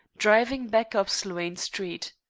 driving back up sloane street.